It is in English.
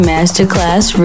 Masterclass